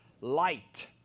light